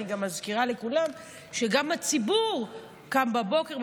אני גם מזכירה לכולם שגם הציבור קם בבוקר,